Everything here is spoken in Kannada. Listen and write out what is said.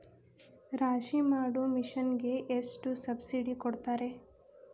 ರಾಶಿ ಮಾಡು ಮಿಷನ್ ಗೆ ಎಷ್ಟು ಸಬ್ಸಿಡಿ ಕೊಡ್ತಾರೆ?